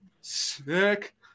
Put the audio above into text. sick